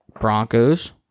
Broncos